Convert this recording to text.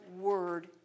word